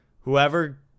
whoever